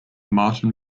martin